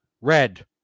red